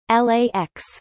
LAX